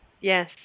Yes